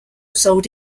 sold